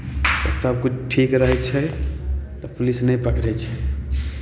सभकिछु ठीक रहै छै तऽ पुलिस नहि पकड़ै छै